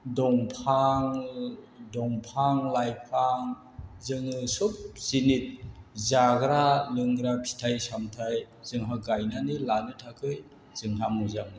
दंफां दंफां लाइफां जोङो सब जिनिस जाग्रा लोंग्रा फिथाइ सामथाय जोंहा गायनानै लानो थाखाय जोंहा मोजां मोनो